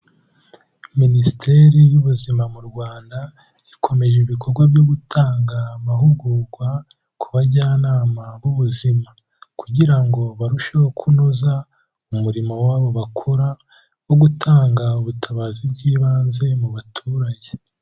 Minisiteri y'Ubuzima mu Rwanda ikomeje ibikorwa byo gutanga amahugurwa ku bajyanama b'ubuzima, kugira ngo barusheho kunoza umurimo wabo bakora wo gutanga ubutabazi bw'ibanze mu baturage.